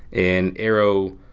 and arrow,